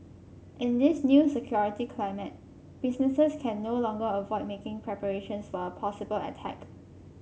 in this new security climate businesses can no longer avoid making preparations for a possible attack